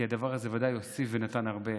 כי הדבר הזה ודאי הוסיף ונתן הרבה.